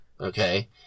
okay